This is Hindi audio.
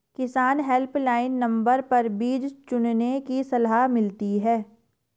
किसान हेल्पलाइन नंबर पर बीज चुनने की सलाह मिलती है